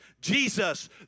Jesus